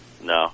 no